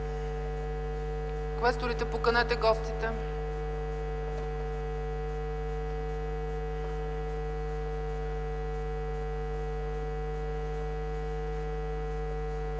квесторите, поканете гостите.